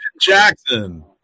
Jackson